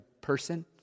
person